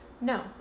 no